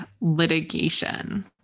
litigation